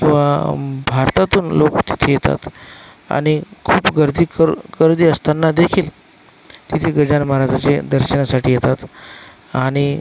किंवा भारतातून लोक किती येतात आणि खूप गर्दी करु गर्दी असताना देखील तिथे गजानन महाराजाचे दर्शनासाठी येतात आणि